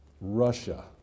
Russia